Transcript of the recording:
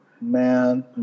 Man